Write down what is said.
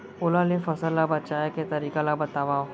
ओला ले फसल ला बचाए के तरीका ला बतावव?